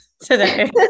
today